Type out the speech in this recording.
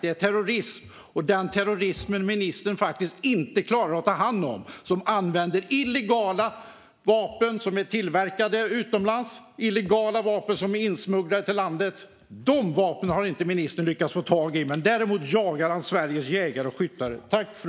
Det är terrorism som ministern faktiskt inte klarar att ta hand om. Där används illegala vapen som är tillverkade utomlands och insmugglade till landet. De vapnen har ministern inte lyckats få tag i. Däremot jagar han Sveriges jägare och skyttar.